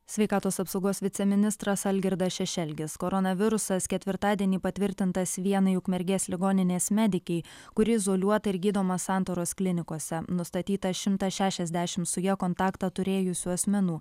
sveikatos apsaugos viceministras algirdas šešelgis koronavirusas ketvirtadienį patvirtintas vienai ukmergės ligoninės medikei kuri izoliuota ir gydoma santaros klinikose nustatyta šimtas šešiasdešimt su ja kontaktą turėjusių asmenų